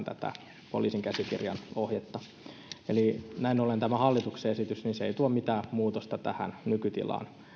tätä poliisin käsikirjan ohjetta sovelletaan jo tällä hetkellä eli näin ollen tämä hallituksen esitys ei tuo mitään muutosta tähän nykytilaan